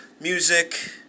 music